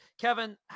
Kevin